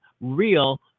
real